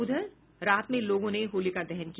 उधर रात में लोगों ने होलिका दहन किया